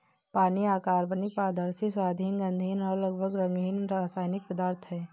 पानी अकार्बनिक, पारदर्शी, स्वादहीन, गंधहीन और लगभग रंगहीन रासायनिक पदार्थ है